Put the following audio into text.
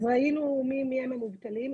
אז ראינו מי הם המובטלים,